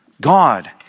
God